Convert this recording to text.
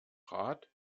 rat